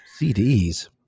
CDs